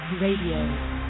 Radio